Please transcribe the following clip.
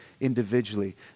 individually